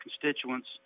constituents